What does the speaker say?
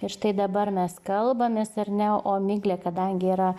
ir štai dabar mes kalbamės ar ne o miglė kadangi yra